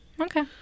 okay